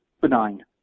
benign